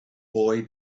boy